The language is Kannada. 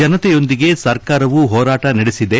ಜನತೆಯೊಂದಿಗೆ ಸರ್ಕಾರವು ಹೋರಾಟ ನಡೆಸಿದೆ